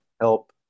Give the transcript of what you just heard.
help